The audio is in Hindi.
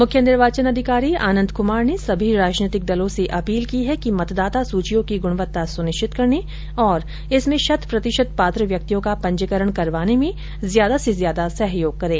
मुख्य निर्वाचन अधिकारी आनंद क्मार ने सभी राजनैतिक दलों से अपील की है कि मतदाता सूचियों की गृणवत्ता सुनिश्चित करने और इसमें शत प्रतिशत पात्र व्यक्तियों का पंजीकरण करवाने में ज्यादा से ज्यादा सहयोग करे